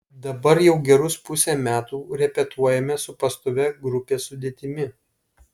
dabar jau gerus pusę metų repetuojame su pastovia grupės sudėtimi